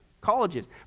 colleges